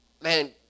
man